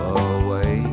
away